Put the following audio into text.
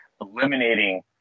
eliminating